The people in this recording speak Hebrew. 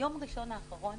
ביום ראשון האחרון